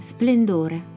Splendore